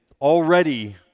already